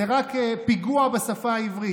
זה רק פיגוע בשפה העברית.